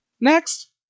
Next